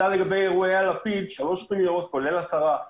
בדקו בתחזיות אם יש רוח מערבית או לא כשאישרו את הנישוב.